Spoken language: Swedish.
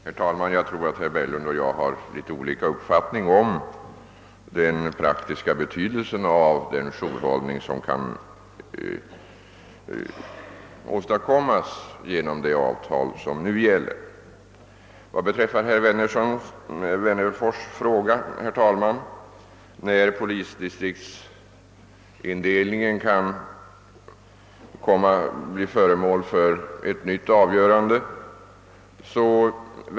Herr talman! Jag tror att herr Berglund och jag har litet olika uppfattningar om den praktiska betydelsen av den jourhållning som kan åstadkommas genom nu gällande avtal. Herr Wennerfors frågade när polisdistriktsindelningen kan komma att bli föremål för ett nytt avgörande.